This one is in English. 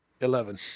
eleven